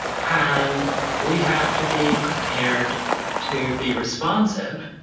and we have to be prepared to be responsive,